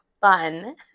fun